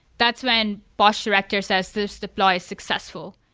that's when bosh director says, this deploy is successful,